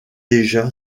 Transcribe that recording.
déjà